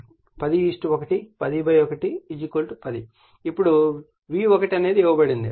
ఇప్పుడు V1 అనేది ఇవ్వబడింది 2